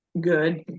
good